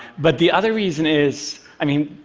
but the other reason is i mean,